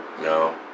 No